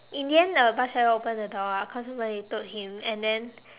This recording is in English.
in the end the bus driver opened the door ah cause somebody told him and then